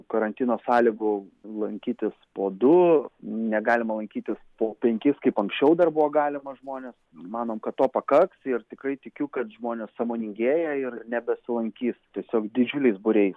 karantino sąlygų lankytis po du negalima laikytis po penkis kaip anksčiau dar buvo galima žmonės manom kad to pakaks ir tikrai tikiu kad žmonės sąmoningėja ir nebesilankys tiesiog didžiuliais būriais